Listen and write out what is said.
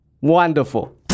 Wonderful